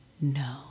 no